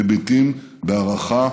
מביטים בהערכה,